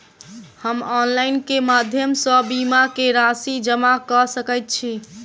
हम ऑनलाइन केँ माध्यम सँ बीमा केँ राशि जमा कऽ सकैत छी?